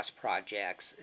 projects